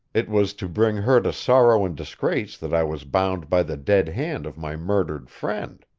it was to bring her to sorrow and disgrace that i was bound by the dead hand of my murdered friend.